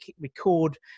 record